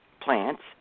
plants